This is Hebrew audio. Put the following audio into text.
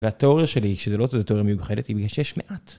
והתיאוריה שלי, שזו לא תיאוריה מיוחדת, היא שיש מעט.